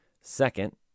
second